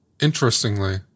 Interestingly